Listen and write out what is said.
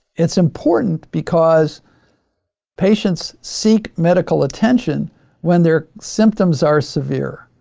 it's important, because patients seek medical attention when their symptoms are severe.